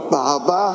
Baba